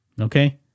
Okay